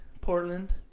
Portland